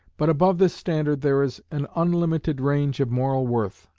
but above this standard there is an unlimited range of moral worth,